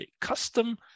custom